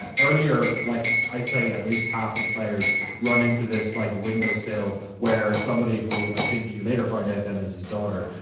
earlier, like i'd say at least half of players run into this like windowsill where somebody, who i think you later find out then is his daughter,